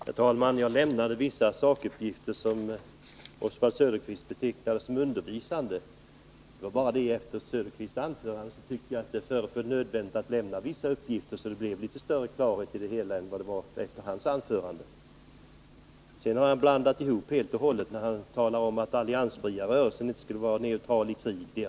Herr talman! Jag lämnade vissa sakuppgifter, som Oswald Söderqvist betecknar som undervisande. Men efter herr Söderqvists anförande föreföll det nödvändigt att lämna vissa uppgifter för att få litet större klarhet i det hela än vi fick av hans anförande. Oswald Söderqvist blandar ihop begreppen när han talar om att den alliansfria rörelsen inte skulle vara neutral i krig.